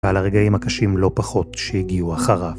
ועל הרגעים הקשים לא פחות שהגיעו אחריו.